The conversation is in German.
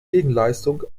gegenleistung